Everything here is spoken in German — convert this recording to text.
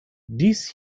dies